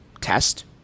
test